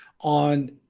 on